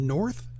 North